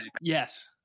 yes